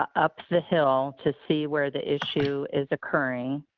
up the hill to see where the issue is occurring.